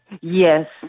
Yes